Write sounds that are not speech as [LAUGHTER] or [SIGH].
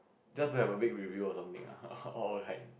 just don't have a big review or something ah [LAUGHS] or like